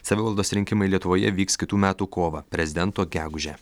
savivaldos rinkimai lietuvoje vyks kitų metų kovą prezidento gegužę